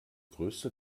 größte